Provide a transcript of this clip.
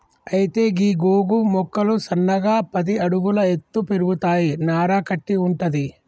అయితే గీ గోగు మొక్కలు సన్నగా పది అడుగుల ఎత్తు పెరుగుతాయి నార కట్టి వుంటది